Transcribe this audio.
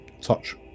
touch